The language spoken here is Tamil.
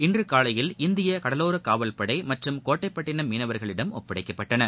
இன்று காலையில் இந்திய கடலோர காவல்படை மற்றும் கோட்டை பட்டிணம் மீனவர்களிடம் ஒப்படைக்கப்பட்டன